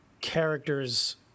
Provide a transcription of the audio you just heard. character's